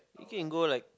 you can go like